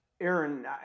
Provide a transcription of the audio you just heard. Aaron